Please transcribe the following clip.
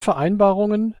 vereinbarungen